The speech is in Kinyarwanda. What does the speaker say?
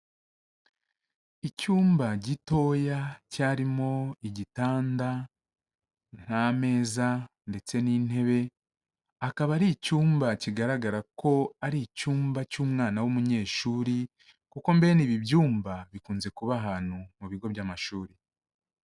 Icyumba gitoya cyarimo igitanda n'ameza ndetse n'intebe, akaba ari icyumba kigaragara ko ari icyumba cy'umwana w'umunyeshuri, kuko mbene ibi byumba bikunze kuba ahantu mu bigo by'amashuri.